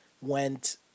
went